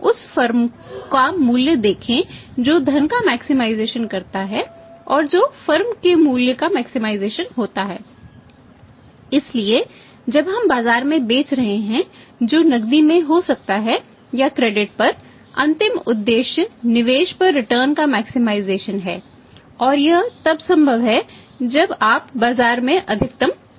इसलिए जब हम बाजार में बेच रहे हैं जो नकदी में हो सकता है या क्रेडिट है और यह तब संभव है जब आप बाजार में अधिकतम बेचते हैं